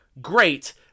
great